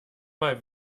mal